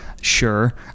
sure